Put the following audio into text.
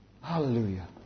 Hallelujah